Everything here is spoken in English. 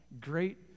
great